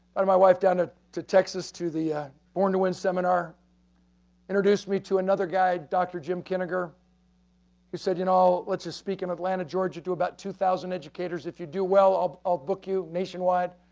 but my wife down ah to texas to the born irwin seminar introduced me to another guy, dr. jim kim berger who said, you know, let's just speak in atlanta georgia to about two thousand educators, if you do well i'll i'll book you nationwide,